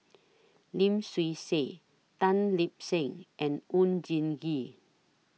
Lim Swee Say Tan Lip Seng and Oon Jin Gee